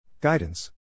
Guidance